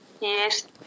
Yes